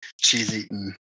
cheese-eating